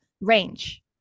range